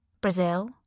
Brazil